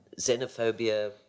xenophobia